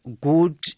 good